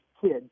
kids